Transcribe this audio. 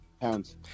Pounds